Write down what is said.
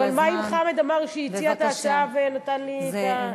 אבל מה אם חמד עמאר שהציע את ההצעה ונתן לי את,